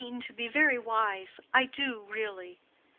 i mean to be very wise i do, really.